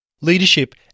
Leadership